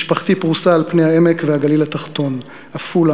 משפחתי פרוסה על פני העמק והגליל התחתון: עפולה,